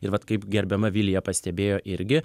ir vat kaip gerbiama vilija pastebėjo irgi